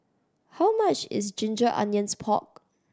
how much is ginger onions pork